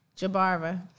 Jabara